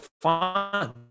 fun